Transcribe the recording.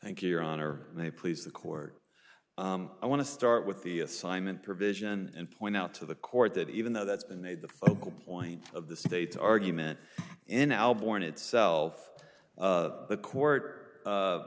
thank you your honor may please the court i want to start with the assignment provision and point out to the court that even though that's been made the focal point of the state's argument in our born itself of the court a